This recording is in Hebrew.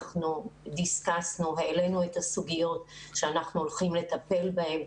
אנחנו דסקסנו והעלנו את הסוגיות שאנחנו הולכים לטפל בהן.